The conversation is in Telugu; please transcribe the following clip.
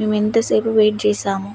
మేము ఎంతసేపు వెయిట్ చేసాము